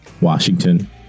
Washington